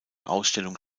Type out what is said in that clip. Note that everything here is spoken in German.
ausstellung